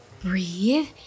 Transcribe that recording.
Breathe